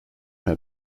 her